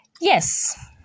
Yes